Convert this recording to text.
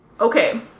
okay